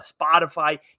Spotify